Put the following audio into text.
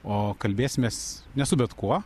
o kalbėsimės ne su bet kuo